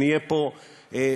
שנהיה פה לילות,